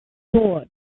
sword